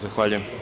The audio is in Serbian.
Zahvaljujem.